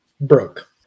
Broke